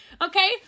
okay